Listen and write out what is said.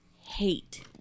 hate